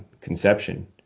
conception